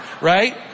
Right